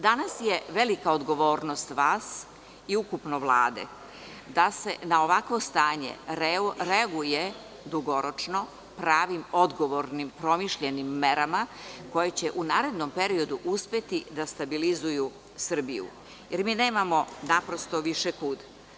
Danas je velika odgovornost vas i ukupno Vlade da se na ovakvo stanje reaguje dugoročno, pravim odgovornim, promišljenim merama koje će u narednom periodu uspeti da stabilizuju Srbiju, jer mi nemamo naprosto više kud.